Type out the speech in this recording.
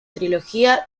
trilogía